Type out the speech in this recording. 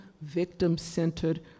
victim-centered